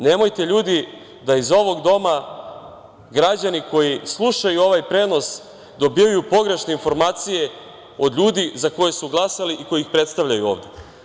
Nemojte ljudi da iz ovog Doma građani, koji slušaju ovaj prenos, dobijaju pogrešne informacije od ljudi za koje su glasali i koji ih predstavljaju ovde.